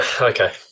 okay